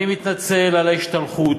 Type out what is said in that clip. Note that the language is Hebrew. אני מתנצל על ההשתלחות,